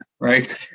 Right